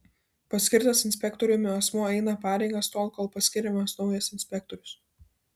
paskirtas inspektoriumi asmuo eina pareigas tol kol paskiriamas naujas inspektorius